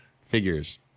Figures